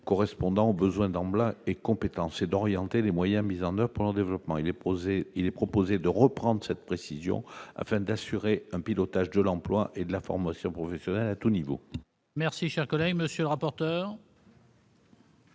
correspondant aux besoins en emplois et compétences, et d'orienter les moyens mis en oeuvre pour leur développement. Nous proposons de reprendre cette précision, afin d'assurer un pilotage de l'emploi et de la formation professionnelle à tous les niveaux. Quel est l'avis de la